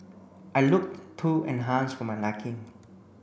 I looked too enhanced for my liking